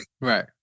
Right